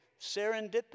Serendipity